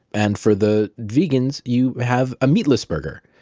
and for the vegans, you have a meatless burger.